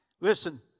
Listen